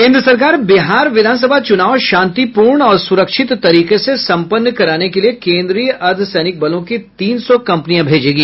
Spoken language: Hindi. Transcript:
केन्द्र सरकार बिहार चुनाव शांतिपूर्ण और सुरक्षित तरीके से संपन्न कराने के लिए केन्द्रीय अर्द्वसैनिक बलों की तीन सौ कंपनियां भेजेगी